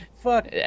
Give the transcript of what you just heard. fuck